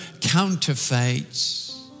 counterfeits